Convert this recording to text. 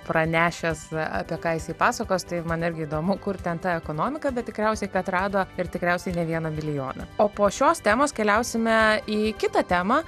pranešęs apie ką jisai pasakos tai man irgi įdomu kur ten ta ekonomika bet tikriausiai kad rado ir tikriausiai ne vieną milijoną o po šios temos keliausime į kitą temą